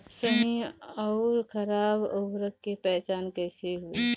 सही अउर खराब उर्बरक के पहचान कैसे होई?